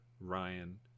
Ryan